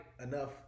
enough